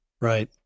Right